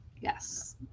yes